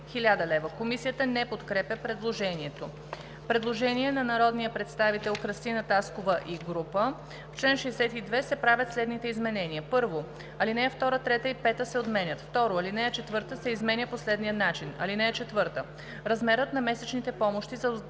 Комисията не подкрепя предложението. Предложение на народния представител Кръстина Таскова и група: „В чл. 62 се правят следните изменения: 1. Алинея 2, 3 и 5 се отменят; 2. Алинея 4 се изменя по следния начин: „(4) Размерът на месечните помощи за